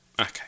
Okay